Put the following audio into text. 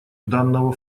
данного